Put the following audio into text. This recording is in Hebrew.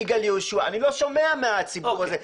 יגאל יהושע אני לא שומע מהציבור הזה.